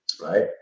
right